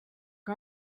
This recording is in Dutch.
van